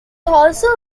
also